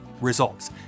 results